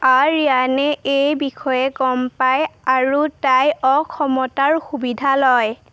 আৰিয়ানে এই বিষয়ে গম পায় আৰু তাই অসমতাৰ সুবিধা লয়